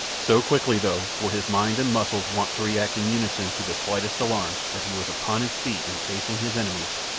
so quickly, though, were his mind and muscles wont to react in unison to the slightest alarm that he was upon his feet and facing his enemies,